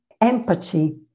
empathy